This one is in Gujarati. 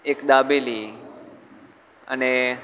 એક દાબેલી અને